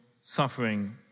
suffering